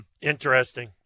Interesting